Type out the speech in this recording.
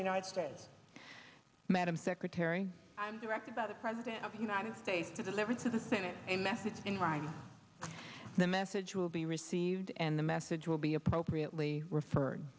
you know i said madam secretary i'm directed by the president of the united states to deliver to the senate a message in writing the message will be received and the message will be appropriately referred